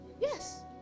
Yes